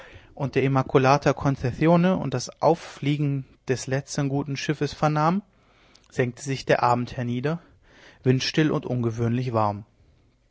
und der immacolata concezione und das auffliegen des letztern guten schiffes vernahm senkte sich der abend hernieder windstill und ungewöhnlich warm